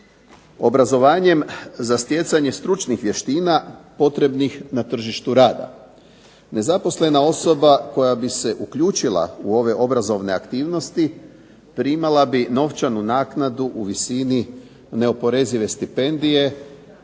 obrazovanjem za stjecanje stručnih vještina potrebnih na tržištu rada. Nezaposlena osoba koja bi se uključila u ove obrazovne aktivnosti primala bi novčanu naknadu u visini neoporezive stipendije,